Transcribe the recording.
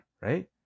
Right